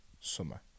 summer